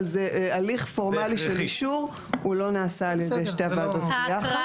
אבל ההליך הפורמלי של האישור לא נעשה על ידי שתי הוועדות במשותף.